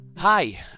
Hi